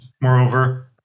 moreover